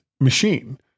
machine